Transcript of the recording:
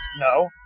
No